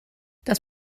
das